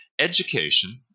Education